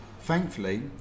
thankfully